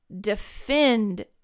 defend